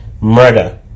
murder